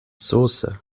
soße